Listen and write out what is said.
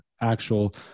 actual